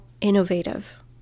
innovative